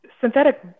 synthetic